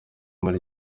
muri